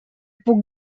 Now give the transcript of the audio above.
puc